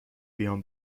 بیام